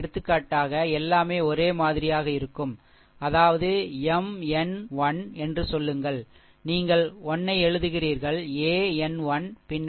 எடுத்துக்காட்டாக எல்லாமே ஒரே மாதிரியாக இருக்கும் அதாவது Mn 1 என்று சொல்லுங்கள் நீங்கள் 1 ஐ எழுதுகிறீர்கள் an 1 பின்னர் 1 பவர் n 1